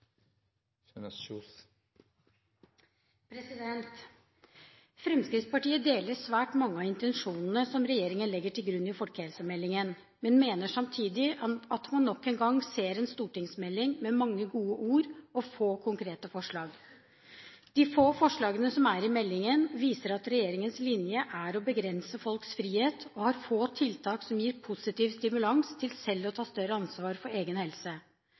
stemt imot. Fremskrittspartiet deler svært mange av intensjonene som regjeringen legger til grunn i folkehelsemeldingen, men mener samtidig at man nok en gang ser en stortingsmelding med mange gode ord og få konkrete forslag. De få forslagene som er i meldingen, viser at regjeringens linje er å begrense folks frihet, og den har få tiltak som gir positiv stimulans til selv å ta større ansvar for egen helse.